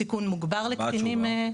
סיכון מוגבר לקטינים.